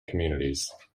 communities